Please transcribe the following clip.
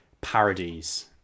parodies